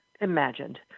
imagined